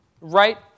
Right